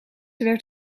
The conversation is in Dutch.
werd